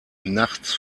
nachts